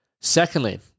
Secondly